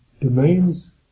domains